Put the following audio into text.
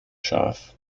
scharf